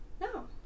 no